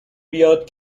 بیاد